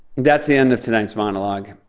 that's the end of tonight's monologue.